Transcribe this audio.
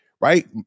right